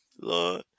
Lord